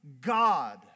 God